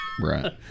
Right